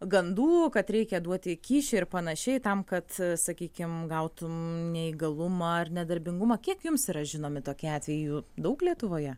gandų kad reikia duoti kyšį ir panašiai tam kad sakykim gautum neįgalumą ar nedarbingumą kiek jums yra žinomi tokie atvejai jų daug lietuvoje